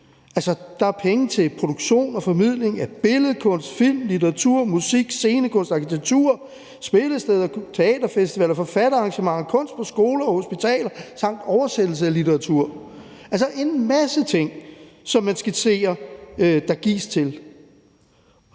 Der er penge til produktion og formidling af billedkunst, film, litteratur, musik, scenekunst, arkitektur, spillesteder, teaterfestivaler, forfatterarrangementer, kunst på skoler og hospitaler samt oversættelse af litteratur, altså en masse ting, som man skitserer, og som der gives til.